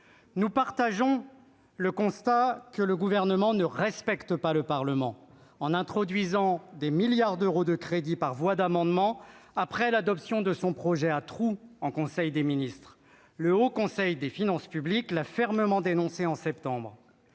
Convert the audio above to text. Nous partageons le constat que le Gouvernement ne respecte pas le Parlement, en introduisant des milliards d'euros de crédits par voie d'amendements après l'adoption de son projet à trous en Conseil des ministres. Le Haut Conseil des finances publiques l'a fermement dénoncé au mois